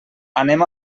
anem